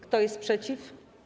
Kto jest przeciw?